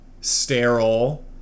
sterile